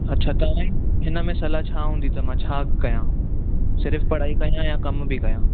अच्छा त ऑनलाईन हिन में सलाहु छा हूंदी त मां छा कयां सिर्फ़ु पढ़ाई कयां या कम बि कयां